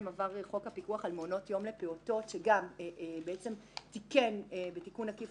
עבר חוק הפיקוח על מעונות יום לפעוטות שגם תיקן בתיקון עקיף